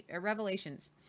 revelations